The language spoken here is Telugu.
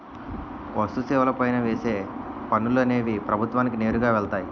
వస్తు సేవల పైన వేసే పనులు అనేవి ప్రభుత్వానికి నేరుగా వెళ్తాయి